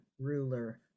ruler